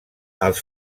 els